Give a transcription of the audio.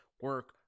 Work